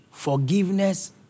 Forgiveness